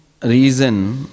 reason